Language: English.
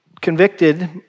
convicted